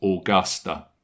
Augusta